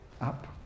up